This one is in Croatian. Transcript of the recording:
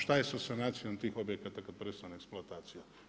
Šta je sa sanacijom tih objekata kad prestane eksploatacija?